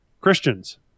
Christians